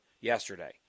yesterday